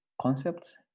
concepts